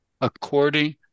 according